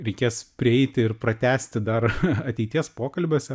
reikės prieiti ir pratęsti dar ateities pokalbiuose